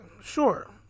Sure